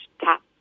tap